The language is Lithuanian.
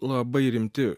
labai rimti